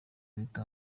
leta